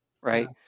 Right